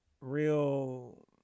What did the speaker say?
real